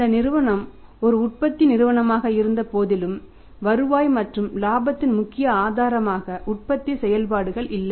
இந்த நிறுவனம் ஒரு உற்பத்தி நிறுவனமாக இருந்தபோதிலும் வருவாய் மற்றும் இலாபத்தின் முக்கிய ஆதாரமாக உற்பத்தி செயல்பாடுகள் இல்லை